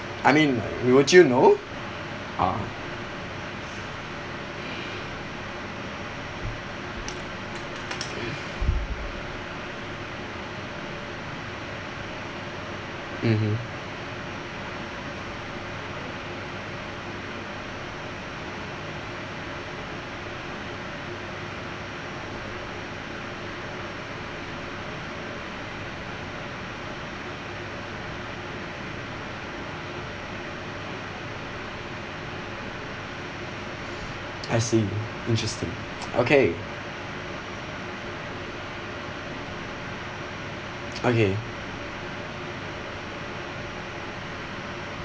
I mean won't you know ah mmhmm I see interesting okay okay